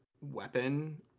weapon